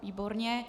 Výborně.